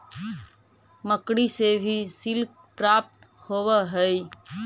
मकड़ि से भी सिल्क प्राप्त होवऽ हई